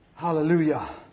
Hallelujah